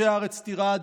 כשהארץ תרעד,